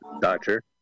Doctor